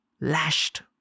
lashed